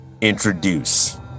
introduce